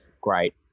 great